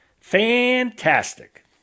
fantastic